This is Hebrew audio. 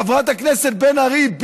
חברת הכנסת בן ארי,